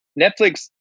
Netflix